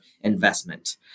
investment